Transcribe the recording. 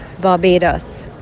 Barbados